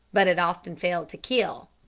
but it often failed to kill.